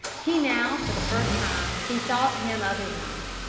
he now for the first time bethought him of his knife,